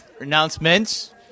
Announcements